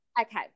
Okay